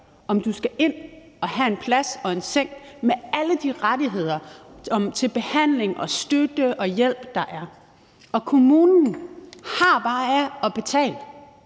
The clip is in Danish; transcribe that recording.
om man skal ind og have en plads og en seng med alle de rettigheder til behandling og støtte og hjælp, der er. Og kommunen har bare at betale